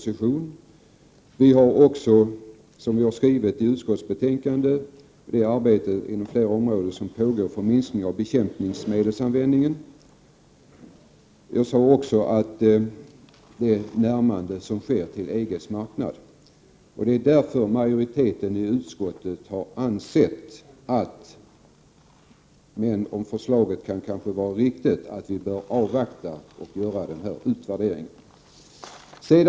Som vi har skrivit i utskottsbetänkandet pågår också ett arbete på flera områden för minskning av bekämpningsmedelsanvändningen. Jag nämnde också det närmande till EG:s marknad som sker. Majoriteten i utskottet har därför ansett, även om förslaget kanske kan vara riktigt, att vi bör avvakta och göra denna utvärdering.